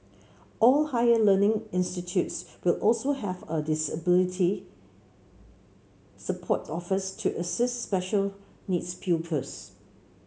all higher learning institutes will also have a disability support office to assist special needs pupils